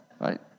right